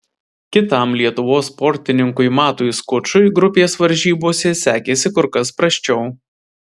kitam lietuvos sportininkui matui skučui grupės varžybose sekėsi kur kas prasčiau